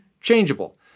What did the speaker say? changeable